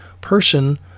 person